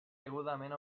degudament